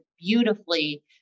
beautifully